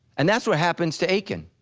and that's what happens to achan.